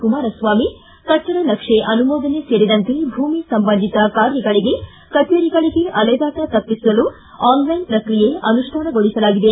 ಕುಮಾರಸ್ವಾಮಿ ಕಟ್ಟಡ ನಕ್ಷೆ ಅನುಮೋದನೆ ಸೇರಿದಂತೆ ಭೂಮಿ ಸಂಬಂಧಿತ ಕಾರ್ಯಗಳಿಗೆ ಕಚೇರಿಗಳಿಗೆ ಅಲೆದಾಟ ತಪ್ಪಿಸಲು ಆನ್ಲೈನ್ ಪ್ರಕ್ರಿಯೆ ಅನುಷ್ಠಾನಗೊಳಿಸಲಾಗಿದೆ